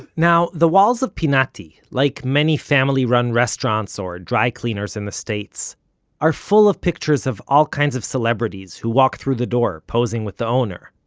now, the walls of pinati like many family-run restaurants or dry cleaners in the states are full of pictures of all kinds of celebrities who walked through the door posing with the owner.